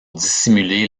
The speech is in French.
dissimuler